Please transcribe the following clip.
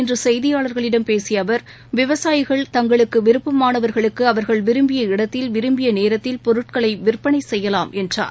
இன்று செய்தியாளர்களிடம் பேசிய சென்னையில் விவசாயிகள் அவர் தங்களுக்கு விருப்பமானவர்களுக்கு அவர்கள் விரும்பிய இடத்தில் விரும்பிய நேரத்தில் பொருட்களை விற்பனை செய்யலாம் என்றார்